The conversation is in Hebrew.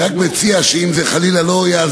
אני רק מציע לשקול, אם חלילה זה לא יעזור,